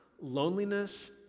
loneliness